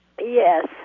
Yes